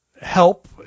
help